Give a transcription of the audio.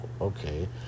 okay